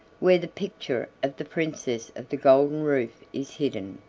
where the picture of the princess of the golden roof is hidden.